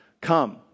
Come